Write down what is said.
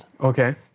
Okay